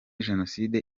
jenoside